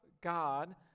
God